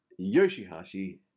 yoshihashi